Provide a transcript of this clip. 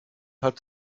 hat